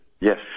Yes